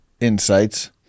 insights